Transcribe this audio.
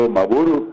Maburu